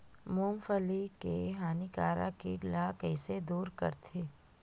मूंगफली के हानिकारक कीट ला कइसे दूर करथे?